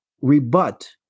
rebut